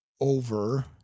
over